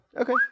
Okay